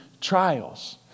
trials